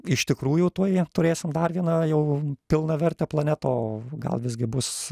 iš tikrųjų tuoj turėsim dar vieną jau pilnavertę planetą o gal visgi bus